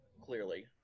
clearly